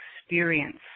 experience